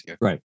Right